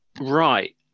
right